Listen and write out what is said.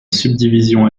subdivision